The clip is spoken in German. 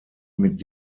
mit